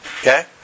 Okay